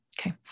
Okay